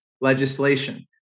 legislation